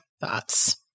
thoughts